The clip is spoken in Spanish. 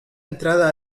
entrada